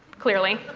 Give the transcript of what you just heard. clearly.